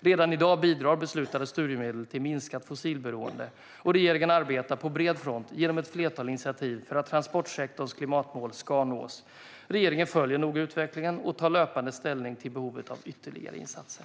Redan i dag bidrar beslutade styrmedel till minskat fossilberoende, och regeringen arbetar på bred front genom ett flertal initiativ för att transportsektorns klimatmål ska nås. Regeringen följer noga utvecklingen och tar löpande ställning till behovet av ytterligare insatser.